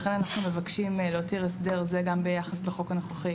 לכן אנחנו מבקשים להותיר הסדר זה גם ביחס לחוק הנוכחי,